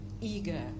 eager